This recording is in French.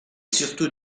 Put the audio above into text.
surtout